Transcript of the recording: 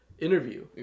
interview